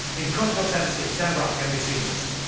in cookeville, tennessee. sam brock, nbc news.